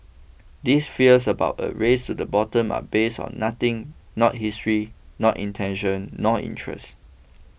these fears about a race to the bottom are based on nothing not history not intention nor interest